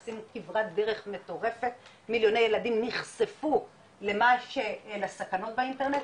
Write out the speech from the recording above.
עשינו כברת דרך מטורפת מיליוני ילדים נחשפו לסכנות האינטרנט,